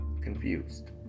confused